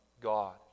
God